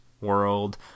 world